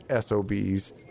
SOBs